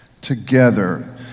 together